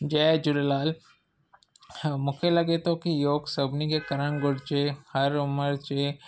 जय झूलेलाल मूंखे लॻे थो की योगु सभिनी खे करणु घुरिजे हर उमिरि जे